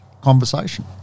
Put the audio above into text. conversation